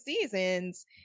seasons